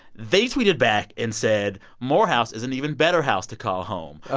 they tweeted back and said, morehouse is an even better house to call home. ah